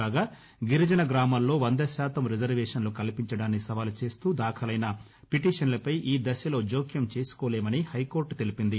కాగా గిరిజన గ్రామాల్లో వంద శాతం రిజర్వేషన్లు కల్పించడాన్ని సవాలు చేస్తూ దాఖలైన పిటిషన్లపై ఈ దశలో జోక్యం చేసుకోలేమని హైకోర్లు తెలిపింది